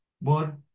more